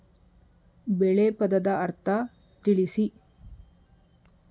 ಬೆಳೆ ಪದದ ಅರ್ಥ ತಿಳಿಸಿ?